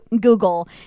Google